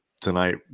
tonight